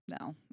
No